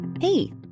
Hey